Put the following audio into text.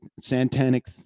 satanic